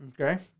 Okay